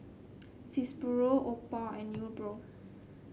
Fibrosol Oppo and Nepro